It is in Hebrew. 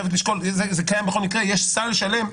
זה קיים בכל מקרה ויש סל שלם.